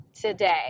today